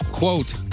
Quote